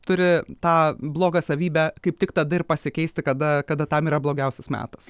turi tą blogą savybę kaip tik tada ir pasikeisti kada kada tam yra blogiausias metas